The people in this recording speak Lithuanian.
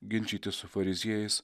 ginčytis su fariziejais